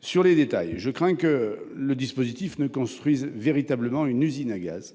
Sur les détails, je crains que le dispositif ne construise une véritable usine à gaz :